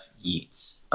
Yeats